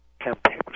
campaign